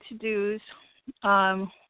to-dos